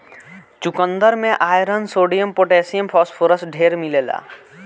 चुकन्दर में iron, sodium, potassium, phosphorus ढेर मिलेला